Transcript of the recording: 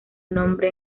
nombre